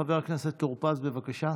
חבר הכנסת טור פז, בבקשה.